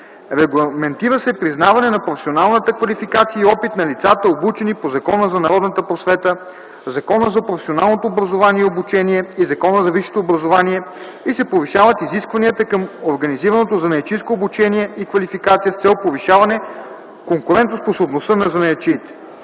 Регламентира се признаване на професионалната квалификация и опит на лицата, обучени по Закона за народната просвета, Закона за професионалното образование и обучение и Закона за висшето образование и се повишават изискванията към организираното занаятчийско обучение и квалификация с цел повишаване конкурентоспособността на занаятчиите.